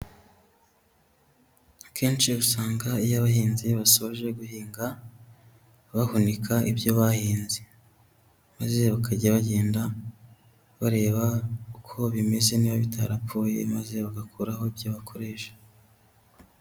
Akenshi usanga iyo abahinzi basoje guhinga, bahunika ibyo bahinze, maze bakajya bagenda bareba uko bimeze niba bitarapfuye, maze bagakuraho ibyo bakoresha.